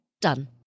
Done